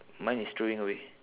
mine is throwing away